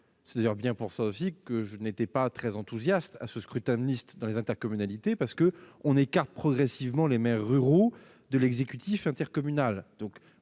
C'est d'ailleurs la raison pour laquelle je n'étais pas très enthousiaste sur le scrutin de liste dans les intercommunalités : on écarte progressivement les maires ruraux de l'exécutif intercommunal